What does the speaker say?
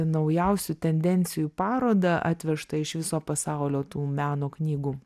naujausių tendencijų parodą atvežtą iš viso pasaulio tų meno knygų